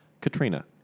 Katrina